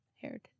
heritage